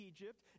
Egypt